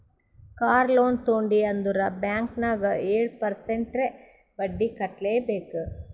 car loan ತೊಂಡಿ ಅಂದುರ್ bank ನಾಗ್ ಏಳ್ ಪರ್ಸೆಂಟ್ರೇ ಬಡ್ಡಿ ಕಟ್ಲೆಬೇಕ್